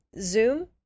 Zoom